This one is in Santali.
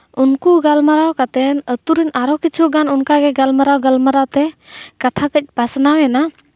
ᱩᱱᱠᱩ ᱜᱟᱞᱢᱟᱨᱟᱣ ᱠᱟᱛᱮᱫ ᱟᱹᱛᱩ ᱨᱮᱱ ᱟᱨᱚ ᱠᱤᱪᱷᱩᱜᱟᱱ ᱚᱱᱠᱟ ᱜᱮ ᱜᱟᱞᱢᱟᱨᱟᱣ ᱜᱟᱞᱢᱟᱨᱟᱣ ᱛᱮ ᱠᱟᱛᱷᱟ ᱠᱟᱹᱡ ᱯᱟᱥᱱᱟᱣᱮᱱᱟ